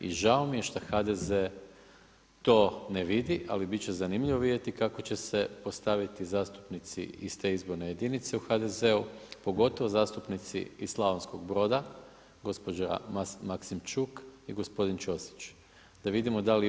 I žao mi je što HDZ ne vidi, ali bit će zanimljivo vidjeti kako će se postaviti zastupnici iz te izborne jedinice u HDZ-u pogotovo zastupnici iz Slavonskog Broda gospođa Maksimčuk i gospodin Čosić da vidimo da li oni.